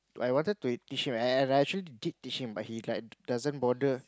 I wanted to teach him and I actually did teach him but he like doesn't bother